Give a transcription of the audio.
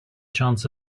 chance